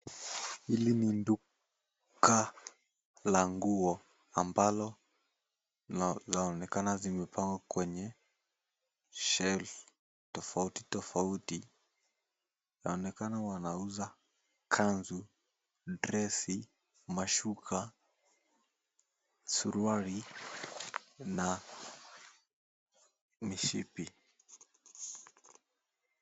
Hili ni duka la nguo ambalo laonekana zimepangwa kwenye shelf tofauti tofauti. Yaonekana wanauza kanzu, dress ,mashuka, suruali na mishipi.